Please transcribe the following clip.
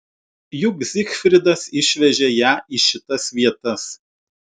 juk zigfridas išvežė ją į šitas vietas